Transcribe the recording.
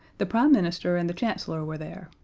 the prime minister and the chancellor were there,